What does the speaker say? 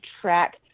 track